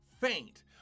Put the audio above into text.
faint